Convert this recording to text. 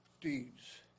deeds